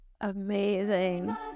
Amazing